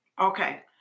Okay